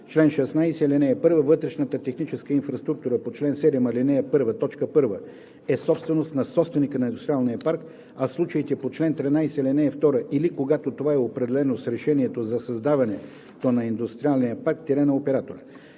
чл. 16: „Чл. 16. (1) Вътрешната техническа инфраструктура по чл. 7, ал. 1, т. 1 е собственост на собственика на индустриалния парк, а в случаите по чл. 13, ал. 2 или когато това е определено с решението за създаване на индустриалния парк – на оператора.